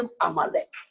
Amalek